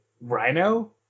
Rhino